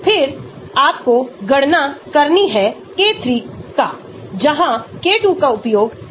तो आप सरल समीकरण से शुरू करते हैं और आप विस्तृत कर सकते हैं क्योंकि अधिक संरचनाएं संश्लेषित होती हैं